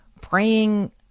praying